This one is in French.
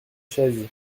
chaise